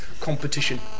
competition